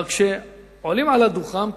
אבל עולים לדוכן פה,